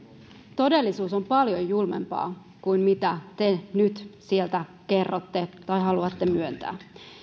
todellisuus on paljon julmempaa kuin mitä te nyt sieltä kerrotte tai haluatte myöntää